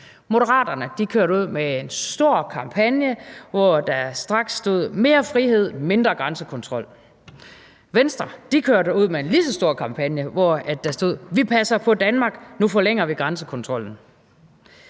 Moderaterne kørte ud med en stor kampagne, hvor der straks stod: Mere frihed, mindre grænsekontrol. Venstre kørte ud med en lige så stor kampagne, hvor der stod: Vi passer på Danmark, nu forlænger vi grænsekontrollen.